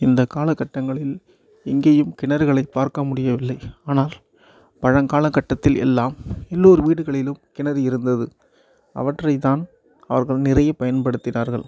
இந்த காலகட்டங்களில் எங்கேயும் கிணறுகளை பார்க்க முடியவில்லை ஆனால் பழங்காலகட்டத்தில் எல்லாம் எல்லோர் வீடுகளிலும் கிணறு இருந்தது அவற்றை தான் அவர்கள் நிறைய பயன்படுத்தினார்கள்